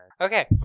Okay